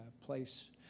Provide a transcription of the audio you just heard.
place